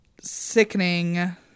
sickening